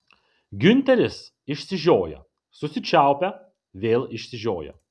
giunteris išsižioja susičiaupia vėl išsižioja